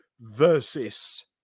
versus